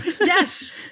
yes